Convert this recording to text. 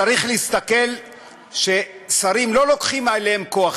צריך להסתכל ששרים לא לוקחים אליהם כוח,